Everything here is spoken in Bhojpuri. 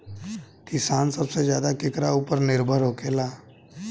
किसान सबसे ज्यादा केकरा ऊपर निर्भर होखेला?